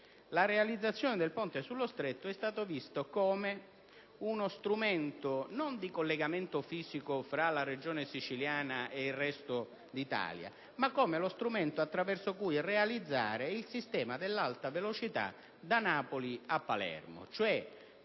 realizzazione del ponte sullo Stretto, che è considerato uno strumento non di collegamento fisico tra la Regione siciliana ed il resto d'Italia, ma attraverso cui realizzare il sistema dell'Alta velocità da Napoli a Palermo. La